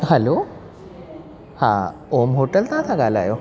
हलो हा ओम होटल तां था ॻाल्हायो